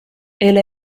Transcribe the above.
elle